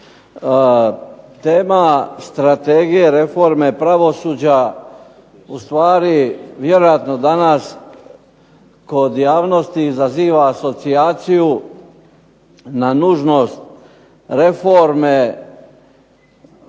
Tema Strategije reforme pravosuđa ustvari vjerojatno danas kod javnosti danas izaziva asocijaciju na nužnost reforme